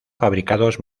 fabricados